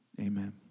Amen